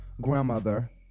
grandmother